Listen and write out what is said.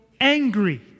angry